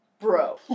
bro